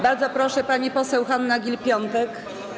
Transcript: Bardzo proszę, pani poseł Hanna Gill-Piątek.